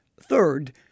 Third